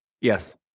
Yes